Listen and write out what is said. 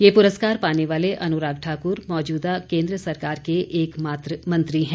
ये पुरस्कार पाने वाले अनुराग ठाक्र मौजूदा केन्द्र सरकार के एकमात्र मंत्री हैं